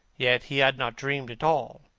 yet he had not dreamed at all.